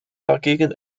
dagegen